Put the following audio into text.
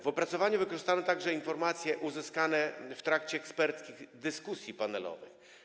W opracowaniu wykorzystano także informacje uzyskane w trakcie eksperckich dyskusji panelowych.